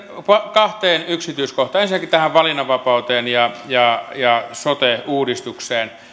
kahteen yksityiskohtaan ensinnäkin tähän valinnanvapauteen ja ja sote uudistukseen